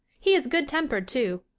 he is good-tempered too,